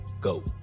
Go